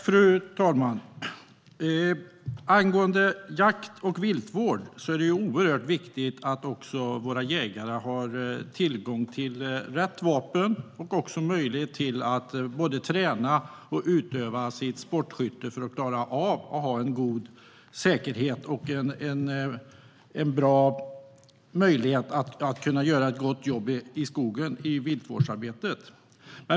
Fru talman! Angående jakt och viltvård är det oerhört viktigt att också våra jägare har tillgång till rätt vapen och också möjlighet att både träna och utöva sitt sportskytte för att klara av att ha en god säkerhet och en bra möjlighet att göra ett gott jobb i skogen, i viltvårdsarbetet.